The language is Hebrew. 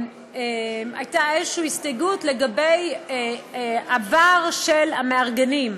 הייתה איזושהי הסתייגות לגבי העבר של המארגנים.